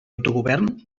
autogovern